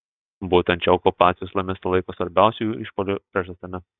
būtent šią okupaciją islamistai laiko svarbiausia jų išpuolių priežastimi